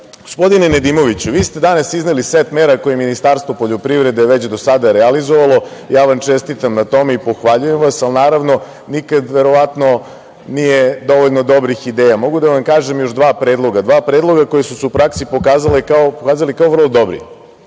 Nedimoviću, vi ste danas izneli set mera koje je Ministarstvo poljoprivrede već do sada realizovalo. Ja vam čestitam na tome i pohvaljujem vas. Ali, naravno, nikad verovatno nije dovoljno dobrih ideja. Mogu da vam kažem još dva predloga, dva predloga koja su se u praksi pokazala kao vrlo dobri.